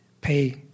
pay